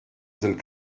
sind